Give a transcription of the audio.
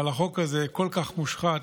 אבל החוק הזה כל כך מושחת